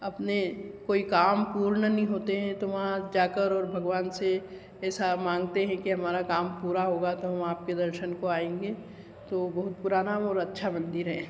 अपने कोई काम पूर्ण नहीं होते हैं और वहाँ जाकर और भगवान से ऐसा मांगते हैं कि हमारा काम पूरा होगा तो हम आपके दर्शन को आएंगे तो बहुत पुराना और अच्छा मंदिर है